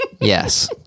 yes